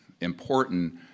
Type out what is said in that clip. important